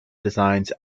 designs